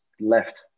left